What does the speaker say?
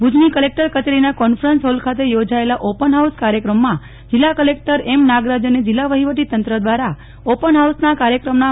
ભુજની કલેકટર કચેરીના conference hall ખાતે યોજાયેલા ઓપન હાઉસ કાર્યક્રમમાં જિલ્લા કલેકટર એમનાગરાજને જિલ્લા વહીવટીતંત્ર દ્વારા ઓપન હાઉસના કાર્યક્રમના